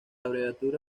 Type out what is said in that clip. abreviatura